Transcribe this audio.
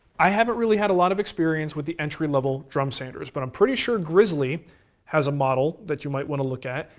i haven't really had a lot of experience with the entry level drum sanders, but i'm pretty sure grizzly has a model that you might want to look at.